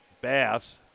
Bass